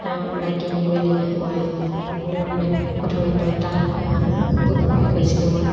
হাঁহ কুকুৰা কিনি মেলি মই মানে প্ৰথমে দহটা হাঁহ কুকুৰা লৈছিলোঁ মই